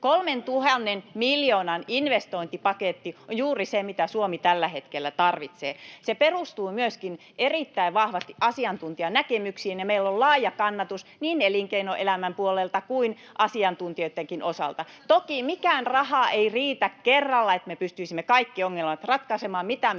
3 000 miljoonan investointipaketti on juuri se, mitä Suomi tällä hetkellä tarvitsee. Se perustuu myöskin erittäin vahvasti asiantuntijanäkemyksiin, ja meillä on laaja kannatus niin elinkeinoelämän puolelta kuin asiantuntijoittenkin osalta. Toki mikään raha ei riitä kerralla, että me pystyisimme kaikki ongelmat ratkaisemaan, mitä